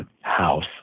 House